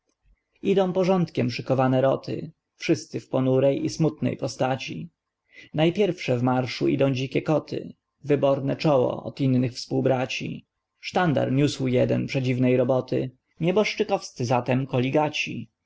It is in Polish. idą porządkiem szykowane roty wszyscy w ponurej i smutnej postaci najpierwsze w marszu idą dzikie koty wyborne czoło od innych współbraci sztandar niósł jeden przedziwnej roboty nieboszczykowscy za tem koligaci w